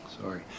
Sorry